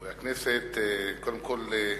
חברי הכנסת, קודם כול,